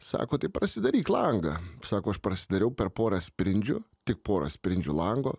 sako tai prasidaryk langą sako aš prasidariau per porą sprindžių tik porą sprindžių lango